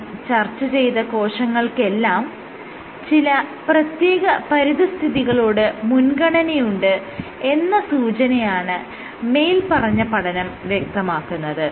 നാം ചർച്ച ചെയ്ത കോശങ്ങൾക്കെല്ലാം ചില പ്രത്യേക പരിതസ്ഥിതികളോട് മുൻഗണനയുണ്ട് എന്ന സൂചനയാണ് മേല്പറഞ്ഞ പഠനങ്ങൾ വ്യക്തമാക്കുന്നത്